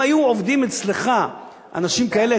אם היו עובדים אצלך אנשים כאלה,